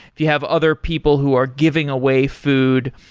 if you have other people who are giving away food,